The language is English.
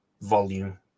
volume